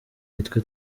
nitwe